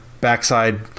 backside